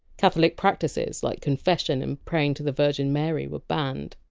catholic practices like confession and praying to the virgin mary were banned.